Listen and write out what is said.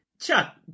Chuck